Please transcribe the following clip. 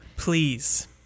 Please